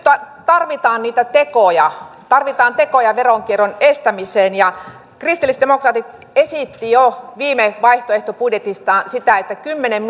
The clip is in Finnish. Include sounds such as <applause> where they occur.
tarvitaan niitä tekoja tarvitaan tekoja veronkierron estämiseen ja kristillisdemokraatit esitti jo viime vaihtoehtobudjetissaan sitä että kymmenen <unintelligible>